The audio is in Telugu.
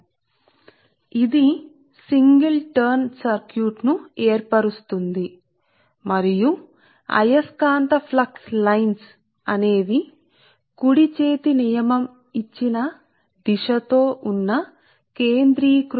అంటే మీరు ఏకాకి కరెంట్ మోసే స్థూపాకార కండక్టర్ మరియు రిటర్న్ పాత్ అని పిలవబడేది అనంతం infinity ∞ వద్ద ఉందని మనం చూస్తాము అంటే ఈ వూహ తో మరియు అయస్కాంతం ఆధారం గా ఇది ఒకే రౌండ్ టర్న్ సర్క్యూట్ను పూర్తి చేస్తుంది మరియు మీరు పిలిచే ది మరియు అయస్కాంత ప్రవాహ రేఖలు magnetic flux lines కేంద్రీకృత పరివేష్టిత వృత్తాలు సరే